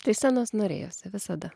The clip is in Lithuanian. tai scenos norėjosi visada